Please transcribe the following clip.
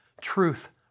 Truth